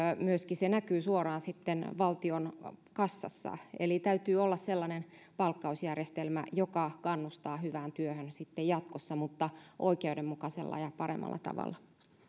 myöskin näkyy suoraan valtion kassassa eli täytyy olla sellainen palkkausjärjestelmä joka kannustaa hyvää työhön jatkossa mutta oikeudenmukaisella ja paremmalla tavalla